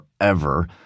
forever